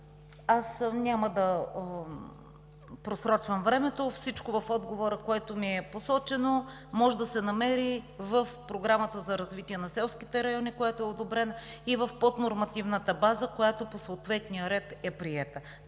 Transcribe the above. Няма да просрочвам времето. Всичко в отговора, което ми е посочено, може да се намери в Програмата за развитие на селските райони, която е одобрена, и в поднормативната база, която по съответния ред е приета.